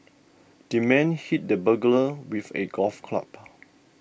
the man hit the burglar with a golf club